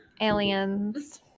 aliens